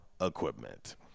Equipment